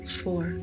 four